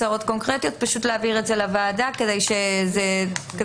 כדי לעזור להגיע לניסוחים.